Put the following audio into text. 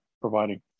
providing